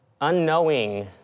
unknowing